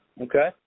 Okay